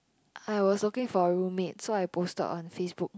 I was looking for a roommate so I posted on Facebook